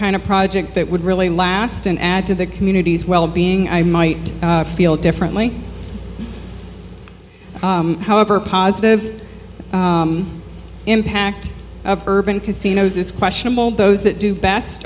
kind of project that would really last and add to the communities well being i might feel differently however positive impact of urban casinos is questionable those that do b